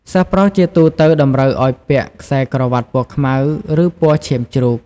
សិស្សប្រុសជាទូទៅតម្រូវឱ្យពាក់ ខ្សែក្រវាត់ពណ៌ខ្មៅ ឬពណ៌ឈាមជ្រូក។